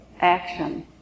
action